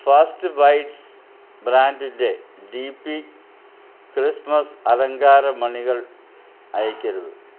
first bytes ബ്രാൻഡിന്റെ D P Christmas അലങ്കാര മണികൾ അയയ്ക്കരുത്